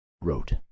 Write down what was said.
wrote